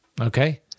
okay